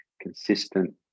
consistent